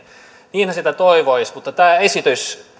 niinhän sitä toivoisi mutta tämä esitys